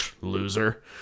loser